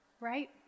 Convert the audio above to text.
right